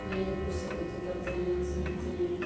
नहीं वो कुछ तो करते हैं समझते हैं